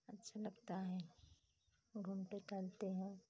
अच्छा लगता है घूमते टहलते हैं